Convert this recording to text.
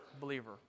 believer